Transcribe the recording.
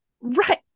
Right